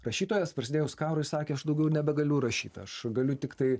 rašytojas prasidėjus karui sakė aš daugiau nebegaliu rašyt aš galiu tiktai